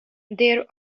there